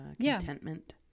Contentment